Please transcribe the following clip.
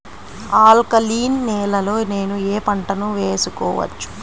Alkaline నేలలో నేనూ ఏ పంటను వేసుకోవచ్చు?